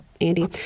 Andy